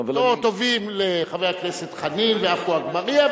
לא טובים לחבר הכנסת חנין ולעפו אגבאריה,